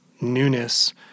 newness